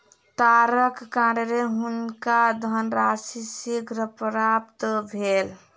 तारक कारणेँ हुनका धनराशि शीघ्र प्राप्त भेल